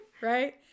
right